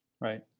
Right